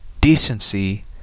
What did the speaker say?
decency